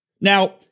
Now